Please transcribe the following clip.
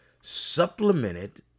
supplemented